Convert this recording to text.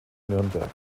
nürnberg